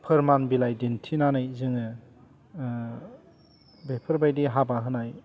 फोरमान बिलाइ दिन्थिनानै जोङो बेफोरबायदि हाबा होनाय